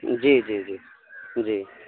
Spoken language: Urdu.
جی جی جی جی